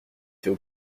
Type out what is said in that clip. fait